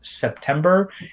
September